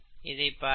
இதை பார்க்கவும்